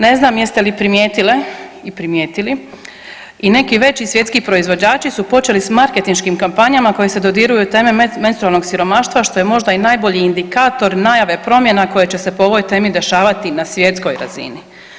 Ne znam jeste li primijetile i primijetili i neki veći svjetski proizvođači su počeli s marketinškim kampanjama koje se dodiruju teme menstrualnog siromaštva što je možda i najbolji indikator najave promjena koje će se po ovoj temi dešavati na svjetskoj razini.